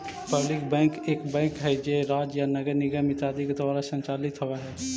public bank एक bank हइ जे राज्य या नगर निगम इत्यादि के द्वारा संचालित होवऽ हइ